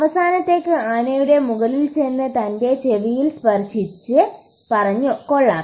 അവസാനത്തേത് ആനയുടെ മുകളിൽ ചെന്ന് അതിന്റെ ചെവിയിൽ സ്പർശിച്ച് പറഞ്ഞു കൊള്ളാം